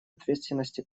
ответственности